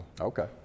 Okay